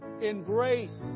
embrace